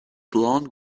blonde